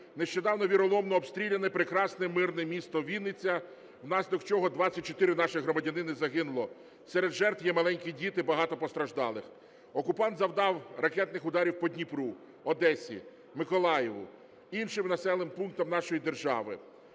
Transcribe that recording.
Нещодавно віроломно обстріляне прекрасне мирне місто Вінниця, внаслідок чого 24 наших громадянина загинуло, серед жертв є маленькі діти, багато постраждалих. Окупант завдав ракетних ударів по Дніпру, Одесі, Миколаєву, іншим населеним пунктам нашої держави.